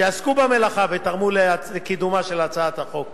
שעסקו במלאכה ותרמו לקידומה של הצעת החוק.